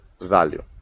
value